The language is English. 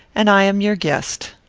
and i am your guest.